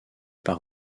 par